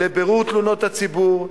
לבירור תלונות הציבור.